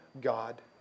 God